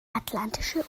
atlantische